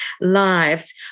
lives